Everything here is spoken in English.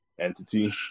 entity